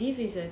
ya dave is a